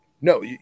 No